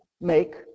make